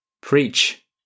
Preach